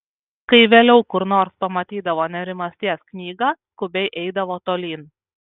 kai vėliau kur nors pamatydavo nerimasties knygą skubiai eidavo tolyn